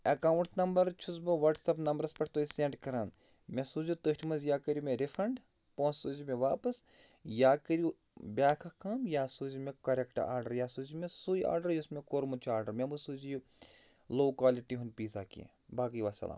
account number چھُس بہٕ WhatsApp نمبرَس پٮ۪ٹھ تۄہہِ سیٚنٛڈ کَران مےٚ سوٗزِو تٔتھۍ منٛز یا کٔرِو مےٚ رِفنٛڈ پونٛسہٕ سوٗزِ مےٚ واپَس یا کٔرِو بیٛاکھ اَکھ کٲم یا سوٗزِو مےٚ کۄریٚکٹہٕ آرڈَر یا سوٗزِو مےٚ سُے آرڈَر یُس مےٚ کوٚرمُت چھُ آرڈَر مےٚ مہٕ سوٗزِو یہِ لوٚو کوٛالٹی ہُنٛد پیٖزا کیٚنٛہہ باقٕے وَالسَلام